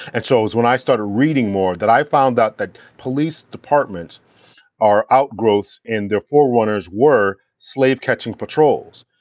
and so it was when i started reading more that i found out that police departments are outgrowths and the forerunners were slave catching patrols.